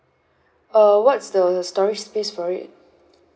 uh what's the storage space for it